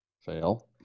Fail